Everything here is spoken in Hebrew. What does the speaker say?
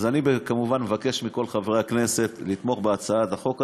אז אני כמובן מבקש מכל חברי הכנסת לתמוך בהצעת החוק הזאת.